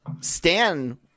Stan